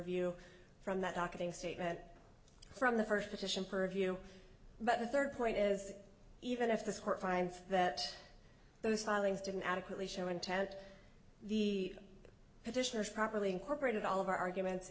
view from that docketing statement from the first petition purview but the third point is even if this court finds that those filings didn't adequately show intent the petitioners properly incorporated all of our arguments